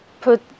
put